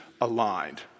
aligned